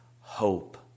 hope